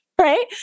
Right